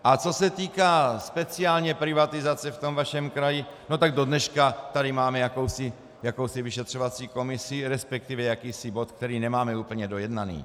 A co se týká speciálně privatizace v tom vašem kraji, tak dodneška tady máme jakousi vyšetřovací komisi, resp. jakýsi bod, který nemáme úplně dojednaný.